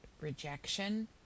rejection